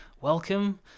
welcome